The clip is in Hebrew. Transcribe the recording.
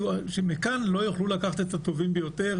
שמכאן לא יוכלו לקחת את הטובים ביותר